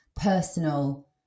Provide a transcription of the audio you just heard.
personal